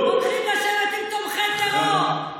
הולכים לשבת עם תומכי טרור,